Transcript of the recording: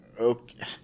okay